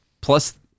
plus